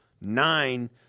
Nine